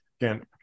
again